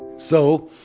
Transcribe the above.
so,